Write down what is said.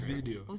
Video